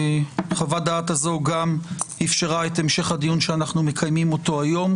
חוות-הדעת הזאת גם אפשרה את המשך הדיון שאנחנו מקיימים היום.